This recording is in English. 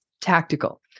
tactical